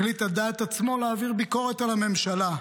החליט על דעת עצמו להעביר ביקורת על הממשלה.